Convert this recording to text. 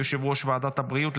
יושב-ראש ועדת הבריאות,